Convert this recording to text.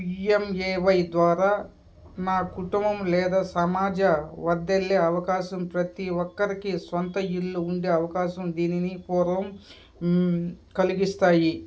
PMAY ద్వారా నా కుటుంబం లేదా సమాజ వర్ధిల్లే అవకాశం ప్రతి ఒక్కరికి సొంత ఇల్లు ఉండే అవకాశం దీనిని పూర్వం కలిగిస్తాయి